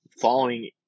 following